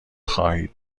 خواهید